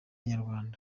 inyarwanda